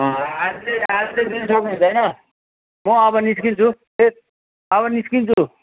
म अब निस्किन्छु अब निस्किन्छु